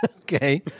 Okay